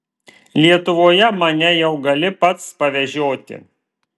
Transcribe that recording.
lietuvoje mane jau gali pats pavežioti